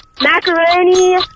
macaroni